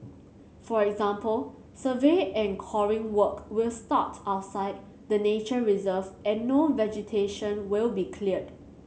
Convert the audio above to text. for example survey and coring work will start outside the nature reserve and no vegetation will be cleared